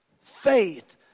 faith